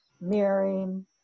mirroring